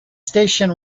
station